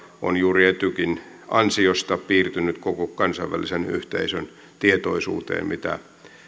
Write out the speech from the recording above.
on juuri etykin ansiosta piirtynyt koko kansainvälisen yhteisön tietoisuuteen mitä